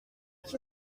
qui